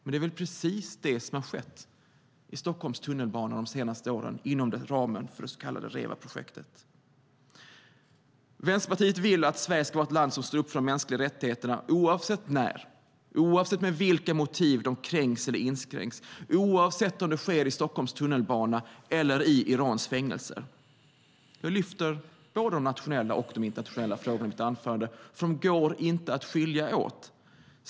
Det är väl precis det som har skett i Stockholms tunnelbana de senaste åren inom ramen för det så kallade REVA-projektet. Vänsterpartiets vill att Sverige ska vara ett land som står upp för de mänskliga rättigheterna, oavsett när och med vilka motiv de kränks och inskränks, oavsett om det sker i Stockholms tunnelbana eller i Irans fängelser. Jag lyfter upp både de nationella och de internationella frågorna i mitt anförande. De går inte att skilja åt.